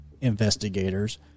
investigators